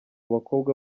bakobwa